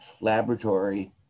laboratory